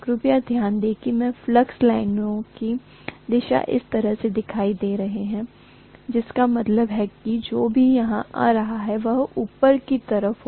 कृपया ध्यान दें कि मैंने फ्लक्स लाइनों की दिशा इस तरह से दिखाई है जिसका मतलब है कि जो भी यहां आ रहा है वह ऊपर की तरफ होगा